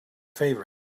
favorite